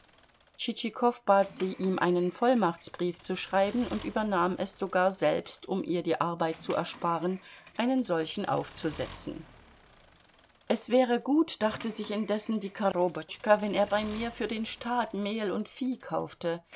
tschitschikow bat sie ihm einen vollmachtsbrief zu schreiben und übernahm es sogar selbst um ihr die arbeit zu ersparen einen solchen aufzusetzen es wäre gut dachte sich indessen die korobotschka wenn er bei mir für den staat mehl und vieh kaufte